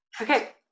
Okay